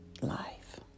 life